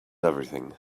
everything